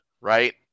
right